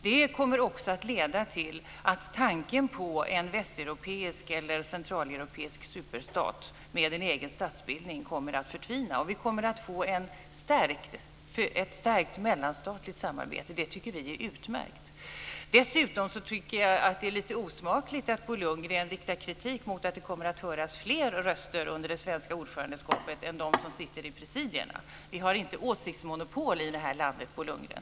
Det kommer också att leda till att tanken på en västeuropeisk eller centraleuropeisk superstat med en egen statsbildning kommer att förtvina. Vi kommer att få ett stärkt mellanstatligt samarbete, och det tycker vi är utmärkt. Dessutom tycker jag att det är lite osmakligt att Bo Lundgren riktar kritik mot att fler kommer att kunna göra sina röster hörda under det svenska ordförandeskapet än de som sitter i presidierna. Vi har inte åsiktsmonopol i det här landet, Bo Lundgren.